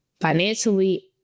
financially